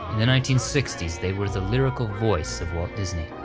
the nineteen sixty s they were the lyrical voice of walt disney.